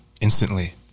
instantly